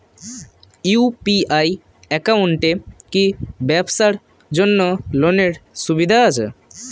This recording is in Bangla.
ইউ.পি.আই একাউন্টে কি ব্যবসার জন্য লোনের সুবিধা আছে?